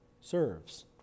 serves